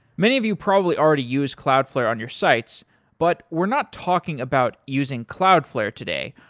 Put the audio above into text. many of you probably already use cloudflare on your sites but we're not talking about using cloudflare today.